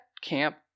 camp